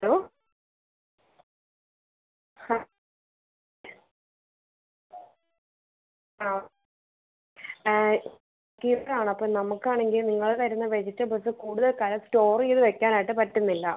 hello ഹാ ആ heater ആണ് അപ്പം നമക്കാണെങ്കി നിങ്ങള് തരുന്ന വെജിറ്റബിൾസ് കൂടുതൽ കാലം സ്റ്റോർ ചെയ്ത് വെയ്ക്കാനായിട്ട് പറ്റുന്നില്ല